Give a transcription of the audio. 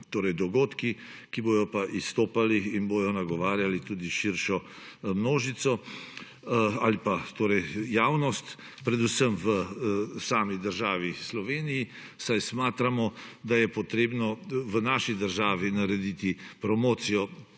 dogodki, ki bojo pa izstopali in bojo nagovarjali tudi širšo množico ali pa javnost predvsem v sami državi Sloveniji, saj smatramo, da je potrebno v naši državi narediti promocijo